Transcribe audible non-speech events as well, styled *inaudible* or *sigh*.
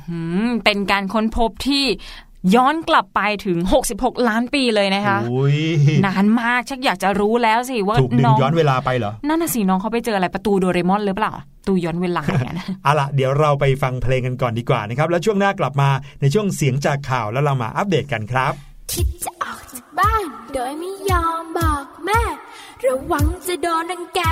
หืม เป็นการค้นพบที่ย้อนกลับไปถึง 66 ล้านปีเลยนะคะหูยนานมาก ฉันอยากจะรู้แล้วสิว่าถูกน้อง-ดึงย้อนเวลาไปเหรอ?นั่นน่ะสิ น้องเขาไปเจออะไร? ประตูโดเรมอนหรือเปล่า? ตูย้อนเวลาเนี่ยนะ *laughs* เอาล่ะ เดี๋ยวเราไปฟังเพลงกันก่อนดีกว่านะครับ แล้วช่วงหน้ากลับมาในช่วงเสียงจากข่าว แล้วเรามาอัปเดตกันครับที่จะออกจากบ้านโดยไม่ยอมบอกแม่ ระวังจะโดนรังแก